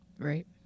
Right